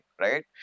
right